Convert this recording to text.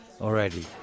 already